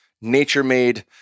nature-made